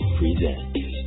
presents